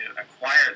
acquire